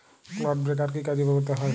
Clod breaker কি কাজে ব্যবহৃত হয়?